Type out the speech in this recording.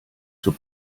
zur